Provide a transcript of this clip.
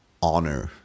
honor